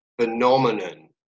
phenomenon